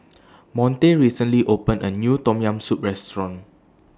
Monte recently opened A New Tom Yam Soup Restaurant